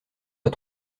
pas